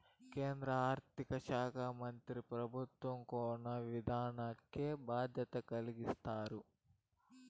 కేంద్ర ఆర్థిక శాకా మంత్రి పెబుత్వ కోశ విధానాల్కి బాధ్యత కలిగించారు